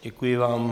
Děkuji vám.